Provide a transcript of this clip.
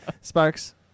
Sparks